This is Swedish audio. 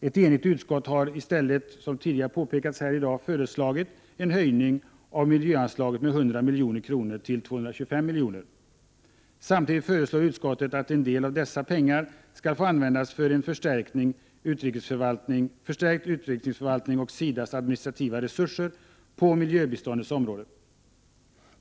Ett enigt utskott har i stället, vilket påpekats tidigare här i dag, föreslagit en höjning av miljöanslaget med 100 milj.kr. till 225 miljoner. Samtidigt föreslår utskottet att en del av dessa pengar skall få användas för en förstärkning av utrikesförvaltningens och SIDA:s administrativa resurser på miljöbiståndsområdet.